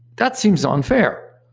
that seems unfair,